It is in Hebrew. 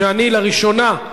שאני לראשונה,